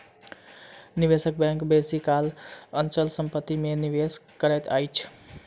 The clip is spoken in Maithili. निवेशक बैंक बेसी काल अचल संपत्ति में निवेश करैत अछि